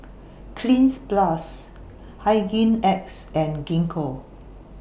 Cleanz Plus Hygin X and Gingko